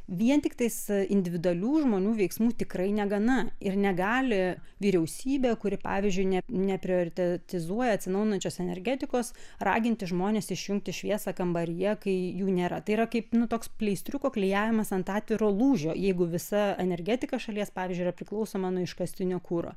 vien tiktais individualių žmonių veiksmų tikrai negana ir negali vyriausybė kuri pavyzdžiui ne neprioritetizuoja atsinaujinančios energetikos raginti žmones išjungti šviesą kambaryje kai jų nėra tai yra kaip nu toks pleistriuko klijavimas ant atviro lūžio jeigu visa energetika šalies pavyzdžiui yra priklausoma nuo iškastinio kuro